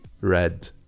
red